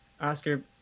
Oscar